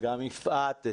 וגם יפעת,